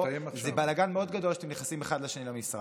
זה בלגן מאוד גדול שאתם נכנסים אחד לשני למשרד.